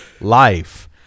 life